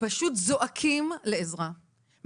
פשוט זועקים לעזרה,